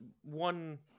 One